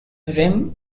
rim